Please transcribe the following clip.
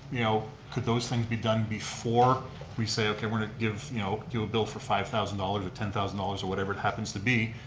you know could those things be done before we say, okay, we're going to give you know you a bill for five thousand dollars or ten thousand dollars, or whatever it happens to be,